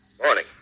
Morning